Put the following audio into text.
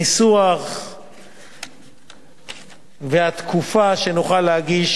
בניסוח ולגבי התקופה שנוכל להגיש